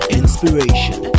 inspiration